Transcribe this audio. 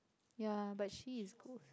yeah but she is gold